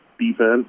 defense